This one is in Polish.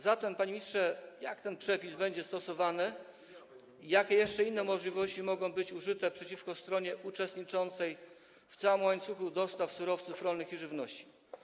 Zatem, panie ministrze, jak ten przepis będzie stosowany i jakie jeszcze inne możliwości mogą być użyte przeciwko stronie uczestniczącej w całym łańcuchu dostaw surowców rolnych i żywności?